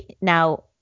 now